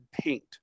paint